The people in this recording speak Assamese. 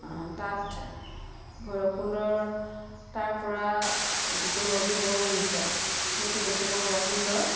তাত ভৈৰৱকুণ্ডৰ তাৰপৰা যিটো নদী বৈ আহিছে সেইটো দেখিব বৰ সুন্দৰ